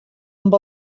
amb